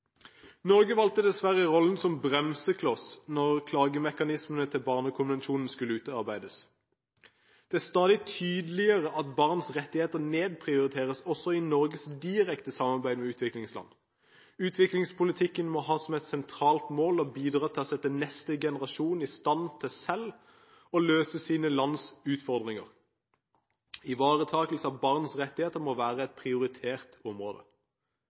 Norge valgte dessverre rollen som bremsekloss da klagemekanismene til Barnekonvensjonen skulle utarbeides. Det blir stadig tydeligere at barns rettigheter nedprioriteres også i Norges direkte samarbeid med utviklingsland. Utviklingspolitikken må ha som et sentralt mål å bidra til å sette neste generasjon i stand til selv å løse sine lands utfordringer. Ivaretakelse av barns rettigheter må være et prioritert område.